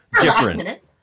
Different